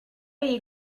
you